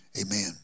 Amen